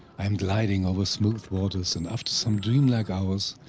i am gliding over smooth waters and after some dreamlike hours,